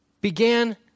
began